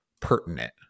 pertinent